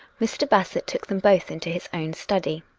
mr. bassett took them both into his own study.